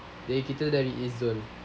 jadi kita dari east zone